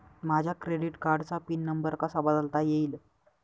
माझ्या क्रेडिट कार्डचा pin number कसा बदलता येईल?